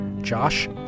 Josh